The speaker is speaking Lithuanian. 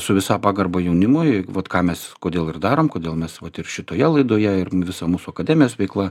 su visa pagarba jaunimui vat ką mes kodėl ir darom kodėl mes vat ir šitoje laidoje ir visa mūsų akademijos veikla